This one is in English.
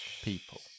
people